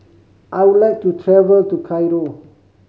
I would like to travel to Cairo